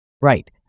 Right